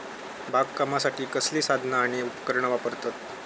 बागकामासाठी कसली साधना आणि उपकरणा वापरतत?